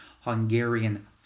Hungarian